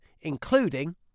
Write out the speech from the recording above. including